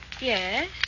Yes